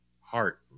heart